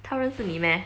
他认识你 meh